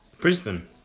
Brisbane